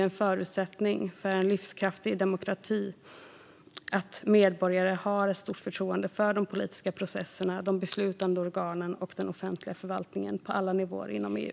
En förutsättning för en livskraftig demokrati är att medborgarna har ett stort förtroende för de politiska processerna, de beslutande organen och den offentliga förvaltningen på alla nivåer inom EU.